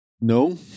No